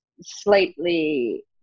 slightly